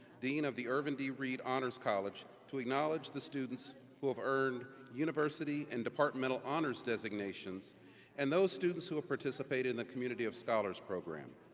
dean of the irvin d. reid honors college, to acknowledge the students who have earned university and departmental honors designations and those students who participate in the community of scholars program.